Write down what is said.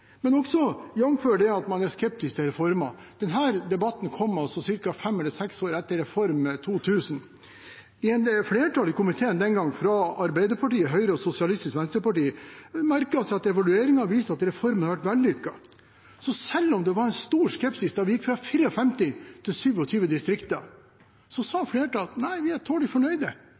men også med referanse til at man er skeptisk til reformer. Denne debatten kom altså ca. fem eller seks år etter Politireform 2000. Et flertall i komiteen den gang, medlemmene fra Arbeiderpartiet, Høyre og Sosialistisk Venstreparti, merket seg at «evalueringene viser at reformen har vært vellykket», så selv om det var stor skepsis da vi gikk fra 54 til 27 politidistrikter, sa flertallet at de er tålelig fornøyde.